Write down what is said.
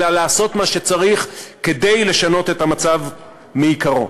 אלא לעשות מה שצריך כדי לשנות את המצב מעיקרו.